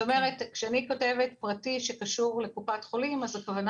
כשאני כותבת פרטי שקשור לקופת חולים הכוונה